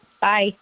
Bye